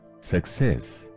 success